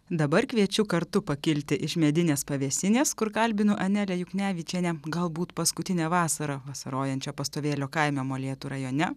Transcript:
dabar kviečiu kartu pakilti iš medinės pavėsinės kur kalbinu anelę juknevičienę galbūt paskutinę vasarą vasarojančią pastovėlio kaime molėtų rajone